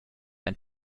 ein